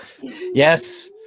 Yes